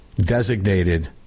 designated